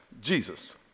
Jesus